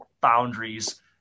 boundaries